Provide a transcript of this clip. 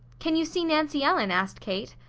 can you see nancy ellen? asked kate.